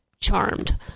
charmed